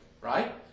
right